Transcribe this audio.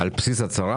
על בסיס הצהרה?